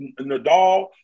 Nadal